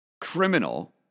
criminal